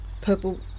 Purple